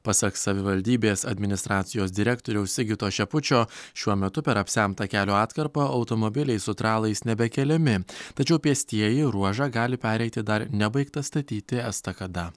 pasak savivaldybės administracijos direktoriaus sigito šepučio šiuo metu per apsemtą kelio atkarpą automobiliai su tralais nebekeliami tačiau pėstieji ruožą gali pereiti dar nebaigta statyti estakada